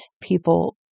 people